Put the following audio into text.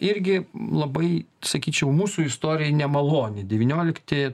irgi labai sakyčiau mūsų istorijai nemaloni devyniolikti